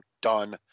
done